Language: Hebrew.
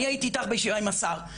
אני הייתי איתך בישיבה עם השר,